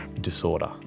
disorder